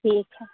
ठीक है